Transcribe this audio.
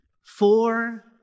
four